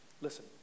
Listen